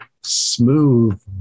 smooth